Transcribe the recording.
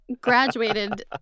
graduated